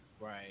Right